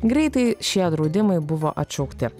greitai šie draudimai buvo atšaukti